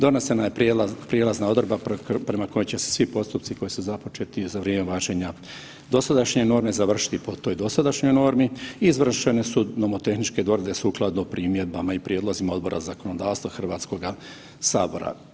Donesena je prijelazna odredba prema kojoj će se svi postupci koji su započeti za vrijeme važenje dosadašnje norme završiti po toj dosadašnjoj normi i izvršene su nomotehničke dorade sukladno primjedbama i prijedlozima Odbora za zakonodavstvo Hrvatskoga sabora.